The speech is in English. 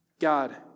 God